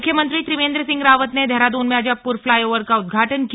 मुख्यमंत्री त्रिवेंद्र सिंह रावत ने देहरादून में अजबपुर फ्लाईओवर का उद्घाटन किया